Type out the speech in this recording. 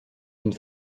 d’une